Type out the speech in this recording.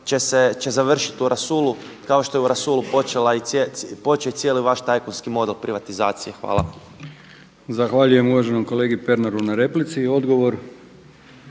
će završiti u rasulu kao što je u rasulu počeo cijeli vaš tajkunski model privatizacije. Hvala. **Brkić, Milijan (HDZ)** Zahvaljujem uvaženom kolegi Pernaru na replici. Odgovor,